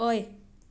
ꯑꯣꯏ